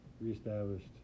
reestablished